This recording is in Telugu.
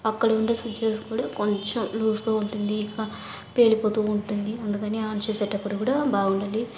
అక్కడ ఉండే స్విచ్చెస్ కూడా కొంచెం లూజ్తో ఉంటుంది పేలిపోతూ ఉంటుంది అందుకని ఆన్ చేసేటప్పుడు కూడా బాగుండాలి